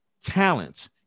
Talent